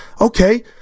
okay